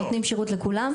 אנחנו נותנים שירות לכולם,